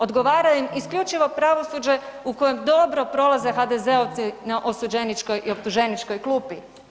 Odgovara im isključivo pravosuđe u kojem dobro prolaze Hadozeovci na osuđeničkoj i optuženičkoj klupi.